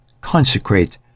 consecrate